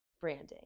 branding